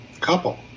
couple